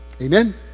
Amen